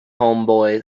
homeboy